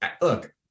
look